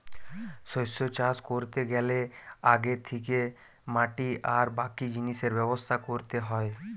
শস্য চাষ কোরতে গ্যালে আগে থিকে মাটি আর বাকি জিনিসের ব্যবস্থা কোরতে হয়